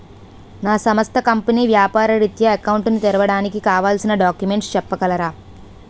నా సంస్థ కంపెనీ వ్యాపార రిత్య అకౌంట్ ను తెరవడానికి కావాల్సిన డాక్యుమెంట్స్ చెప్పగలరా?